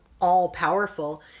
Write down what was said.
all-powerful